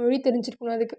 மொழி தெரிஞ்சிருக்கணும் அதுக்கு